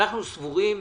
אנחנו סבורים,